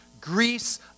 Greece